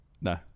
No